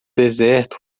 deserto